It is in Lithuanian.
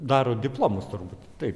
daro diplomus turbūt taip